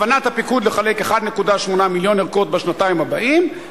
בכוונת הפיקוד לחלק 1.8 מיליון ערכות בשנתיים הבאות,